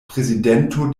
prezidento